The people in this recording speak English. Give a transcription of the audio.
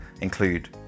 include